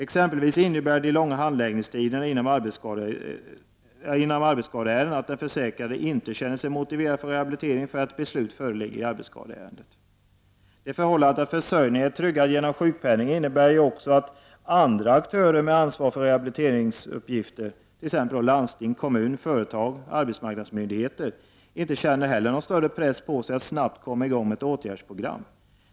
Exempelvis innebär de långa handläggningstiderna i arbetsskadeärenden att den försäkrade inte känner sig motiverad för rehabilitering förrän ett beslut föreligger i arbetsskadeärendet. Det förhållandet att försörjningen är tryggad genom sjukpenningen innebär också att andra aktörer med ansvar för rehabiliteringsuppgifter, t.ex. landsting, kommun, företag eller arbetsmarknadsmyndigheter, inte heller känner någon press på sig att snabbt komma i gång med ett åtgärdsprogram.